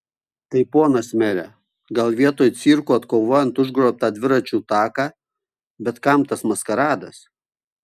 tai ponas mere gal vietoj cirko atkovojant užgrobtą dviračių taką bet kam tas maskaradas